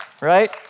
Right